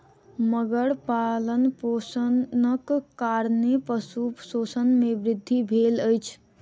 मगर पालनपोषणक कारणेँ पशु शोषण मे वृद्धि भेल अछि